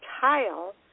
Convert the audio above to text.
Tile